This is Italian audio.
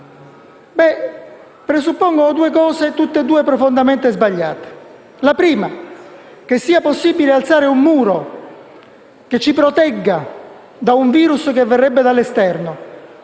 presuppongono due cose, entrambe profondamente sbagliate. La prima è che sia possibile alzare un muro che ci protegga da un virus che si presume venga dall'esterno.